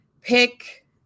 pick